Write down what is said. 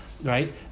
right